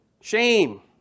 shame